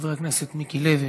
חבר הכנסת מיקי לוי,